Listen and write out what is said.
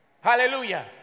Hallelujah